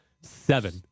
seven